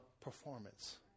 performance